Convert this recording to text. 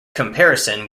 comparison